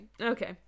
okay